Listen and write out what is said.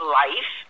life